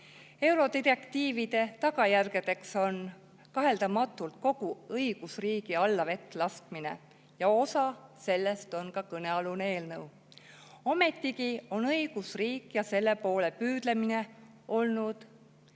Eurodirektiivide tagajärg on kahtlematult kogu õigusriigi allavett laskmine. Osa sellest on ka kõnealune eelnõu. Ometigi on õigusriik ja selle poole püüdlemine olnud